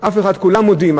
כולם מודים,